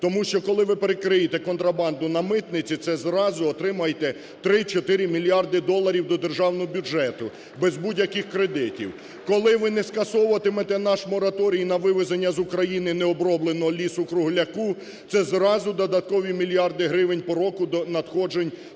тому що, коли ви перекриєте контрабанду на митниці, це зразу отримаєте 3-4 мільярди доларів до державного бюджету, без будь-яких кредитів. Коли ви не скасовуватимете наш мораторій на вивезення з України необробленого лісу-кругляку, це зразу додаткові мільярди гривень по року надходжень до